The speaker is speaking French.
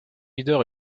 leader